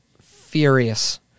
furious